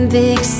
big